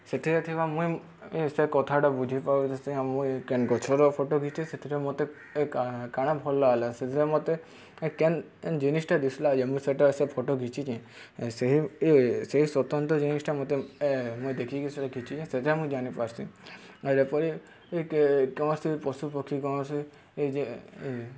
ସେଥିରେ ଥିବା ମୁଇଁ ସେ କଥାଟା ବୁଝିପାରୁଥିସି ଆର୍ ମୁଇଁ କେନ୍ ଗଛର ଫଟୋ ଘିଚ୍ସିଁ ସେଥିରେ ମତେ କାଣା ଭଲ୍ ଲାଗ୍ଲା ସେଥିରେ ମତେ କେନ୍ ଜିନିଷ୍ଟା ଦିଶ୍ଲା ଯେ ମୁଁ ସେଇଟା ସେ ଫଟୋ ଘିଚିଚେଁ ସେହି ଇ ସେଇ ସ୍ୱତନ୍ତ୍ର ଜିନିଷ୍ଟା ମତେ ମୁଇଁ ଦେଖିକି ସେଟା ଘିଚିଚେଁ ସେଟା ମୁଁ ଜାନିପାର୍ସିଁ ଯେପରି କୌଣସି ପଶୁପକ୍ଷୀ କୌଣସି ଏ ଯେ